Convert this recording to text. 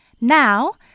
Now